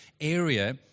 area